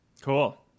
Cool